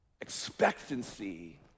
expectancy